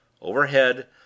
Overhead